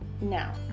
Now